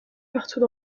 partout